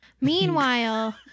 Meanwhile